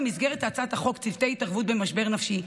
במסגרת הצעת החוק צוותי התערבות במשבר נפשי,